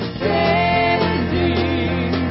Standing